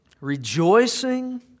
Rejoicing